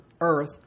Earth